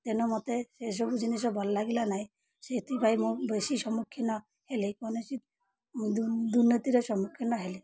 ତେଣୁ ମୋତେ ସେସବୁ ଜିନିଷ ଭଲ ଲାଗିଲା ନାହିଁ ସେଥିପାଇଁ ମୁଁ ବେଶି ସମ୍ମୁଖୀନ ହେଲି କୌଣସି ଦୁର୍ନୀତିର ସମ୍ମୁଖୀନ ହେଲି